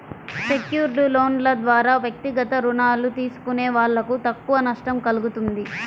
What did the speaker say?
secured లోన్ల ద్వారా వ్యక్తిగత రుణాలు తీసుకునే వాళ్ళకు తక్కువ నష్టం కల్గుతుంది